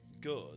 good